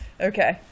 Okay